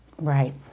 Right